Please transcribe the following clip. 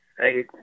Hey